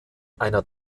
einer